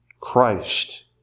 Christ